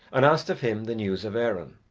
and asked of him the news of erin.